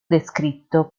descritto